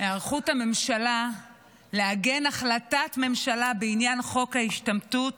היערכות הממשלה לעגן החלטת ממשלה בעניין חוק ההשתמטות